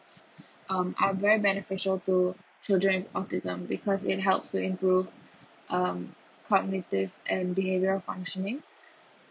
um are very beneficial to children with autism because it helps to improve um cognitive and behavioral functioning